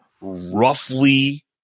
roughly